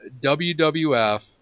WWF